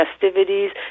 festivities